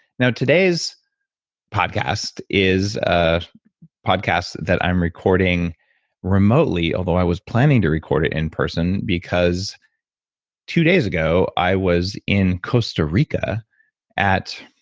now today's podcast is a podcast that i'm recording remotely, although i was planning to record it in person because two days ago i was costa rica at